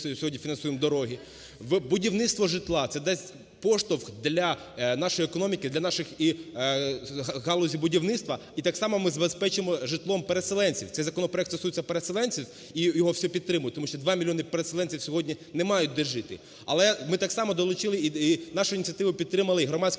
сьогодні фінансуємо дороги, в будівництво житла. Це дасть поштовх для нашої економіки, для нашої галузі будівництва. І так само ми забезпечимо житлом переселенців. Цей законопроект стосується переселенців і його всі підтримують. Тому що 2 мільйони переселенців сьогодні не мають де жити. Але ми так само долучили і нашу ініціативу підтримали і громадські